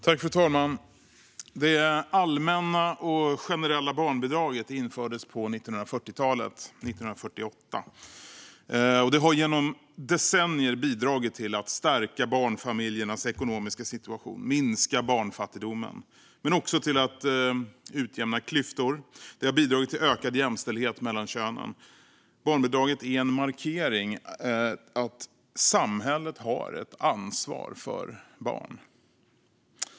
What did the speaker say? Fru talman! Det allmänna och generella barnbidraget infördes på 1940-talet, 1948. Det har genom decennier bidragit till att stärka barnfamiljernas ekonomiska situation och minska barnfattigdomen. Men det har också bidragit till att utjämna klyftor och till ökad jämställdhet mellan könen. Barnbidraget är en markering att samhället har ett ansvar för barn.